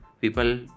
people